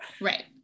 right